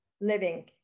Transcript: living